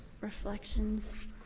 reflections